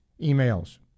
emails